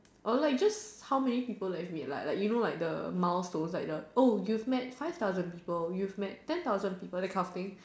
or like just how many people life meet like like you know like the milestones like the oh you've met five thousand people you've met ten thousand people that kind of thing